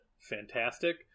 fantastic